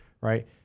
right